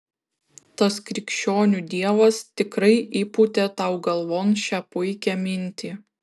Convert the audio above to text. tas krikščionių dievas tikrai įpūtė tau galvon šią puikią mintį